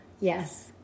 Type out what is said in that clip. Yes